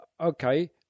Okay